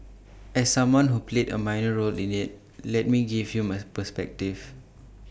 as someone who played A minor role in IT let me give you my perspective